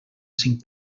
cinc